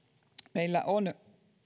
meillä on